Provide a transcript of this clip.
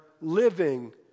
living